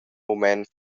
mument